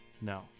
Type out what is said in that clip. no